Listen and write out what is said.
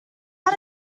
out